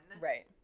Right